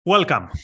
Welcome